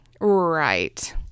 Right